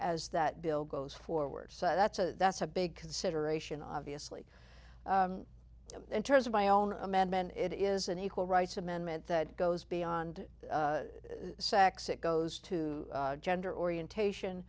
as that bill goes forward that's a that's a big consideration obviously in terms of my own amendment it is an equal rights amendment that goes beyond sex it goes to gender orientation